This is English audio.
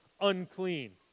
unclean